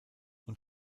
und